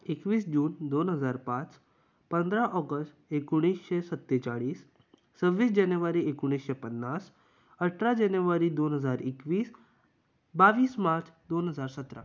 एकवीस जून दोन हजार पाच पंदरा ऑगस्ट एकोणीशे सत्तेचाळीस सव्वीस जानेवारी एकुणीशे पन्नास अठरा जानेवारी दोन हजार एकवीस बावीस मार्च दोन हजार सतरा